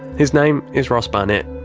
his name is ross barnett.